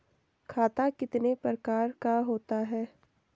खाता कितने प्रकार का होता है?